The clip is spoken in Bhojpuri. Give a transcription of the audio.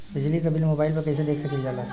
बिजली क बिल मोबाइल पर कईसे देख सकत हई?